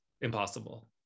impossible